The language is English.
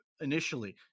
initially